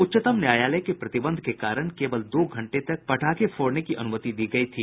उच्चतम न्यायालय के प्रतिबंध के कारण केवल दो घंटे तक पटाखे फोड़ने की अनुमति दी गयी थी